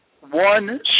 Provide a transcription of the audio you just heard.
one